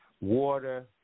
Water